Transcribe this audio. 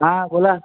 हा बोला